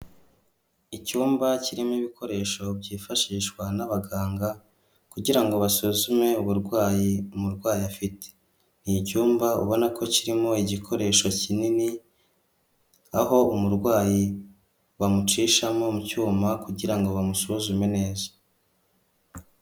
Icyumba kirimo ibikoresho byifashishwa n'abaganga, kugira ngo basuzume uburwayi umurwayi afite. Ni icyumba ubona ko kirimo igikoresho kinini, aho umurwayi bamucishamo mu cyuma, kugira ngo bamusuzume neza.